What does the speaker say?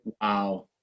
Wow